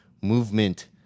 movement